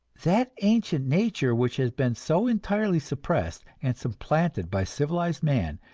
that ancient nature which has been so entirely suppressed and supplanted by civilized man,